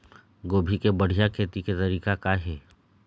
गोभी के बढ़िया खेती के तरीका का हे?